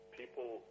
people